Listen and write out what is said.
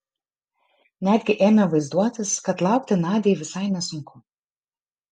netgi ėmė vaizduotis kad laukti nadiai visai nesunku